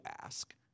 ask